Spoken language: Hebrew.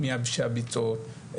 מייבשי הביצות,